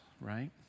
right